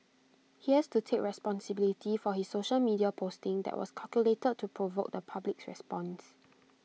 he has to take responsibility for his social media posting that was calculated to provoke the public's response